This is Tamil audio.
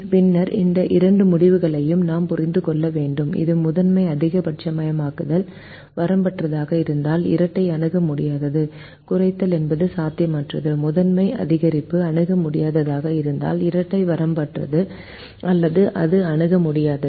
பின்னர் இந்த இரண்டு முடிவுகளையும் நாம் புரிந்து கொள்ள வேண்டும் இது முதன்மை அதிகபட்சமயமாக்கல் வரம்பற்றதாக இருந்தால் இரட்டை அணுக முடியாதது குறைத்தல் என்பது சாத்தியமற்றது முதன்மை அதிகரிப்பு அணுக முடியாததாக இருந்தால் இரட்டை வரம்பற்றது அல்லது அது அணுக முடியாதது